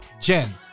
Jen